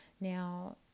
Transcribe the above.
now